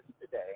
today